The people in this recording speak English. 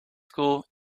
school